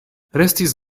restis